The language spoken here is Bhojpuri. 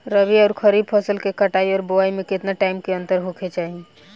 रबी आउर खरीफ फसल के कटाई और बोआई मे केतना टाइम के अंतर होखे के चाही?